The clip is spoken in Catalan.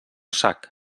sac